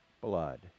blood